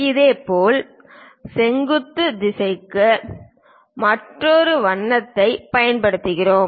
இதேபோல் செங்குத்து திசைக்கு மற்றொரு வண்ணத்தைப் பயன்படுத்துவோம்